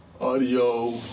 audio